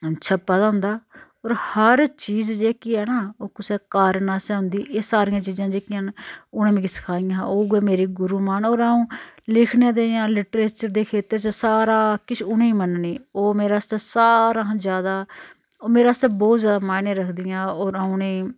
छप्पे दा होदां होर हर चीज जेह्की ऐ नां ओह् कुसै कारण आस्तै होंदी सारियां चीजां जेह्कियां न ओह् उ'नें मिकी सखाइयां हियां उ'यै मेरी मां न होर आ'ऊं लिखने ते इ'यां लिट्रेचर दे खेत्तर च सारा किश उनेंई मन्ननी ओह् मेरे आस्तै सारां हा ज्यादा ओह् मेरे आस्तै बहुत ज्यादा मायने रखदियां न होर आ'ऊं उनेंई